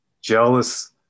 jealous